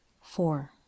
four